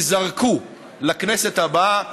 ייזרקו לכנסת הבאה,